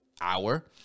hour